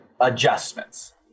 adjustments